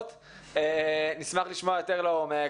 נשמח לשמוע יותר לעומק.